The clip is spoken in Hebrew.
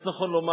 איך נכון לומר?